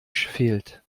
fehlt